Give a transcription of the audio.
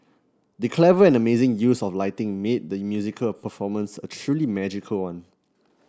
the clever and amazing use of lighting made the musical performance a truly magical one